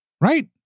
right